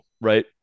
right